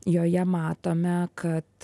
joje matome kad